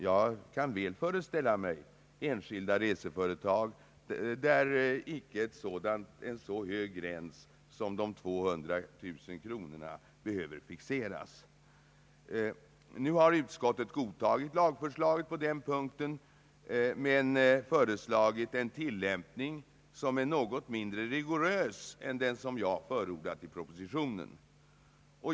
Jag kan väl föreställa mig enskilda reseföretag, där icke en så hög gräns som de 200 000 kronorna behöver fixeras. Utskottet har godtagit lagförslaget på den punkten men föreslagit en tillämpning som är något mindre rigorös än den som jag förordat i propositionen.